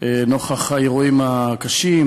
נוכח האירועים הקשים.